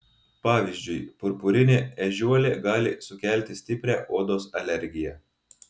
pavyzdžiui purpurinė ežiuolė gali sukelti stiprią odos alergiją